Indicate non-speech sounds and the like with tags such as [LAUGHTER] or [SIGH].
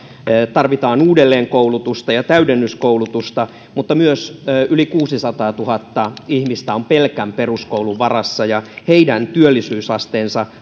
tarvitaan uudelleenkoulutusta ja täydennyskoulutusta mutta myös yli kuusisataatuhatta ihmistä on pelkän peruskoulun varassa ja heidän työllisyysasteensa [UNINTELLIGIBLE]